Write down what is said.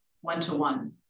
one-to-one